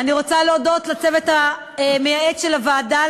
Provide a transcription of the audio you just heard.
אני רוצה להודות לצוות המייעץ של הוועדה,